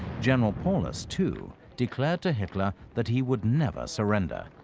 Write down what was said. general paulus, too, declared to hitler that he would never surrender,